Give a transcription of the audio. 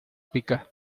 pica